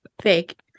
fake